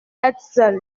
hetzel